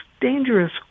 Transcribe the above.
dangerous